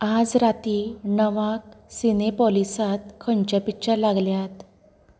आज राती णवाक सिनेपॉलिसात खंयचे पिक्चर लागल्यात